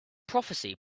prophecy